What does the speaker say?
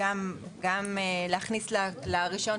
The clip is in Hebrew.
וגם להכניס לרישיון,